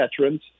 veterans